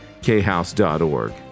khouse.org